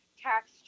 tax